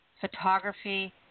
photography